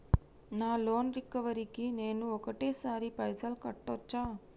నా loan recovery కి నేను ఒకటేసరి పైసల్ కట్టొచ్చా?